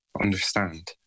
understand